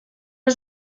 was